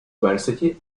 varsity